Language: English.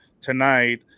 tonight